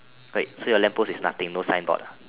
like so your lamp post is nothing no sign board ah